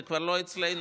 זה כבר לא אצלנו.